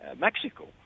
mexico